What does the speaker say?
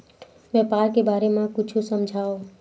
व्यापार के बारे म कुछु समझाव?